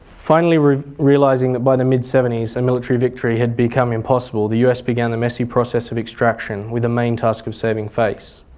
finally realising that by the mid seventy s a military victory had become impossible, the us began the messy process of extraction with the main task of saving face.